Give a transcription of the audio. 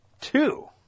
two